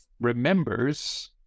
remembers